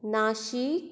Nashik